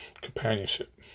Companionship